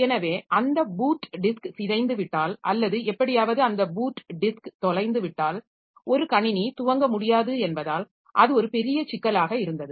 எனவே அந்த boot disk சிதைந்துவிட்டால் அல்லது எப்படியாவது அந்த பூட் டிஸ்க் தொலைந்துவிட்டால் ஒரு கணினி துவங்க முடியாது என்பதால் அது ஒரு பெரிய சிக்கலாக இருந்தது